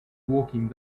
walking